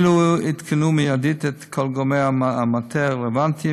אלו עדכנו מיידית את כל גורמי המטה הרלוונטיים